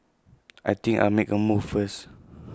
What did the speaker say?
I think I'll make A move first